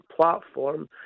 platform